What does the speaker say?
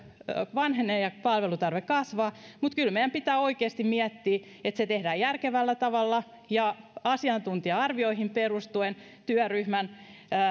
vanhenee ja palveluntarve kasvaa mutta kyllä meidän pitää oikeasti miettiä että se tehdään järkevällä tavalla ja asiantuntija arvioihin perustuen työryhmän